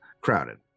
crowded